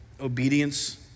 Obedience